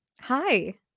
Hi